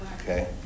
Okay